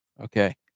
Okay